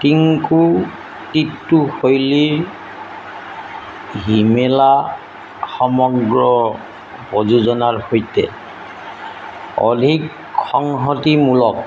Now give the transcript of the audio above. টেংকুটিট্টু শৈলীৰ হিমেলা সমগ্ৰ প্ৰযোজনাৰ সৈতে অধিক সংহতিমূলক